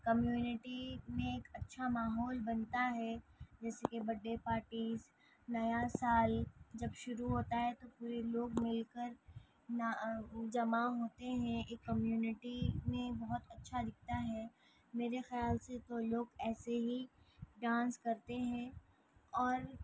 community میں ایک اچھا ماحول بنتا ہے جیسے کہ بڈ ڈے پارٹیز نیا سال جب شروع ہوتا ہے تو پورے لوگ مل کر جمع ہوتے ہیں ایک کمیونیٹی میں بہت اچھا دکھتا ہے میرے خیال سے تو لوگ ایسے ہی ڈانس کرتے ہیں اور